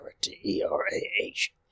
T-E-R-A-H